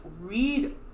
read